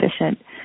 efficient